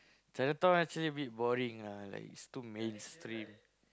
Chinatown actually a bit boring ah like it's too mainstream